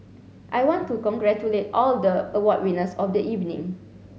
I want to congratulate all the award winners of the evening